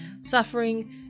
suffering